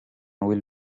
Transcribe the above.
will